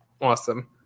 Awesome